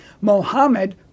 Mohammed